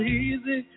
easy